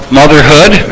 motherhood